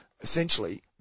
essentially